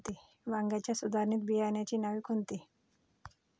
वांग्याच्या सुधारित बियाणांची नावे कोनची?